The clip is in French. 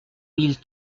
mille